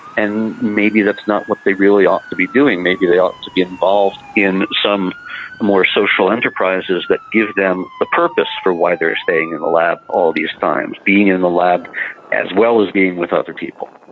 and maybe that's not what they really ought to be doing, maybe they ought to be involved in some more social enterprises that give them a purpose for why they are staying in the lab all these times, being in in the lab as well as being with other people.